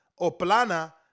Oplana